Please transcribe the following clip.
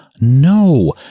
no